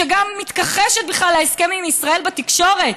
שגם מתכחשת בכלל להסכם עם ישראל בתקשורת.